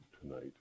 tonight